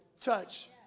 touch